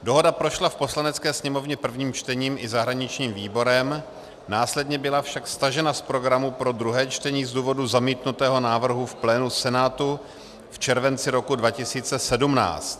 Dohoda prošla v Poslanecké sněmovně prvním čtením i zahraničním výborem, následně byla však stažena z programu pro druhé čtení z důvodu zamítnutého návrhu v plénu Senátu v červenci roku 2017.